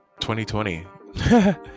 2020